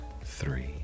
three